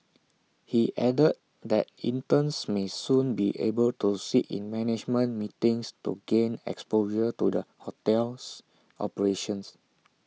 he added that interns may soon be able to sit in management meetings to gain to the hotel's operations